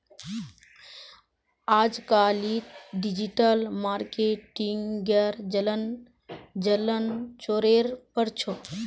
अजकालित डिजिटल मार्केटिंगेर चलन ज़ोरेर पर छोक